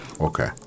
Okay